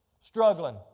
Struggling